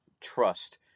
trust